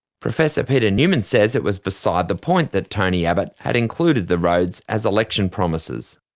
professor peter newman says it was beside the point that tony abbott had included the roads as election promises.